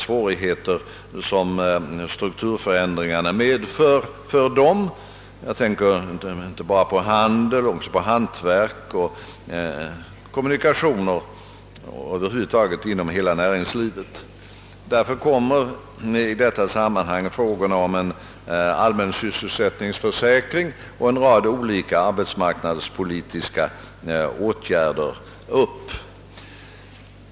Jag tänker nu inte bara på handel utan också på hantverk och kommunikationer och hela näringslivet över huvud taget. Därför kommer i detta sammanhang frågorna om en allmän sysselsättningsförsäkring och en rad olika arbetsmarknadspolitiska åtgärder upp.